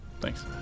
Thanks